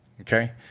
Okay